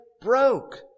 broke